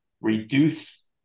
reduce